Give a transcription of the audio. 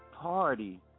party